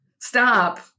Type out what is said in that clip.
stop